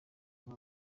hari